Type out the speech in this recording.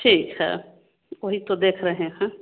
ठीक है वही तो देख रहें हैं